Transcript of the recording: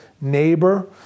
neighbor